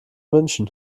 münchen